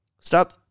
stop